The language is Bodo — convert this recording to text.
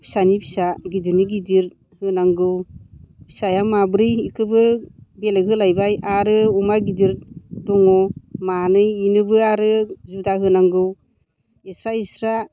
फिसानि फिसा गिदिरनि गिदिर होनांगौ फिसाया माब्रैखौबो बेलेग होलायबाय आरो अमा गिदिर दङ मानै बेनोबो आरो जुदा होनांगौ एक्स्ट्रा एक्स्ट्रा